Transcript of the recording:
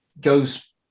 goes